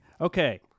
Okay